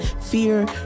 fear